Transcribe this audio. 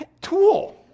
tool